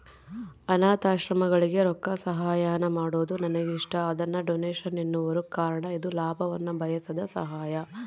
ಅನಾಥಾಶ್ರಮಗಳಿಗೆ ರೊಕ್ಕಸಹಾಯಾನ ಮಾಡೊದು ನನಗಿಷ್ಟ, ಅದನ್ನ ಡೊನೇಷನ್ ಎನ್ನುವರು ಕಾರಣ ಇದು ಲಾಭವನ್ನ ಬಯಸದ ಸಹಾಯ